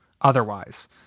otherwise